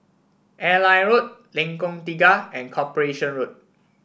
Airline Road Lengkong Tiga and Corporation Road